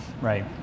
Right